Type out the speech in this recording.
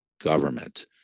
government